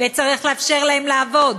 וצריך לאפשר להם לעבוד,